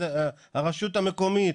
הרשות המקומית,